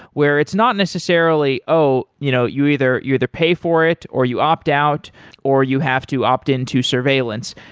where it's not necessarily you know you either you either pay for it or you opt out or you have to opt in to surveillance.